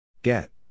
Get